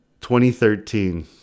2013